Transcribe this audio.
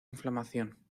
inflamación